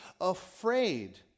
afraid